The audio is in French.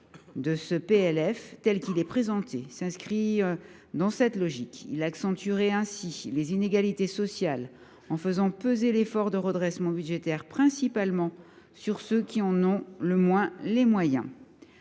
7, dans sa rédaction actuelle, s’inscrit dans cette logique. Il accentue les inégalités sociales en faisant peser l’effort de redressement budgétaire principalement sur ceux qui en ont le moins les moyens.